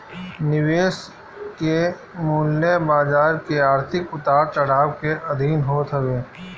निवेश के मूल्य बाजार के आर्थिक उतार चढ़ाव के अधीन होत हवे